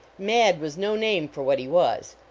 mad was no name for what he was.